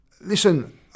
Listen